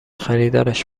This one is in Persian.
خریدارش